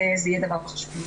זה יהיה דבר חשוב.